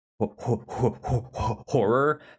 horror